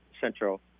Central